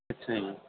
ਅੱਛਾ ਜੀ